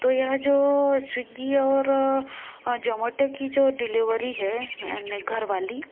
तो यह जो स्वीग्गी और जोमैटो की जो डिलेवरी है घर वाली